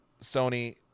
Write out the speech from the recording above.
sony